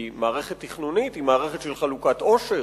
כי מערכת תכנונית היא מערכת של חלוקת עושר,